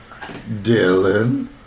Dylan